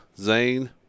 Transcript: Zane